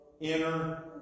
Inner